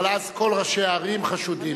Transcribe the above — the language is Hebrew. אבל אז כל ראשי הערים חשודים.